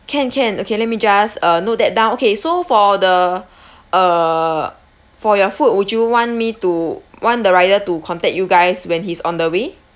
can can okay let me just uh note that down okay so for the uh for your food would you want me to want the rider to contact you guys when he's on the way